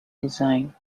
design